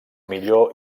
millor